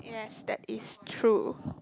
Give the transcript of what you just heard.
yes that is true